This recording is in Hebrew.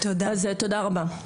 אז תודה רבה.